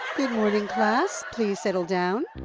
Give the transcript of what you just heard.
good morning class. please settle down.